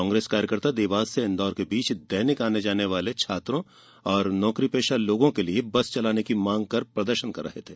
कांग्रेस कार्यकर्ता देवास से इंदौर के बीच दैनिक आने जाने वाले छात्रों नौकरीपेशा लोगों के लिये बस चलाने की मांग कर प्रदर्शन कर रहे थे